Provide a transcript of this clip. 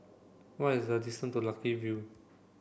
what is the distance to Lucky View